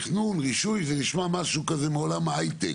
תכנון, רישוי זה נשמע משהו כזה מעולם ההייטק.